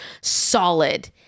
solid